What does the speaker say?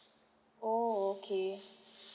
orh okay